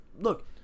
look